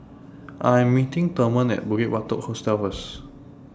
I Am meeting Thurman At Bukit Batok Hostel First